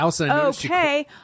Okay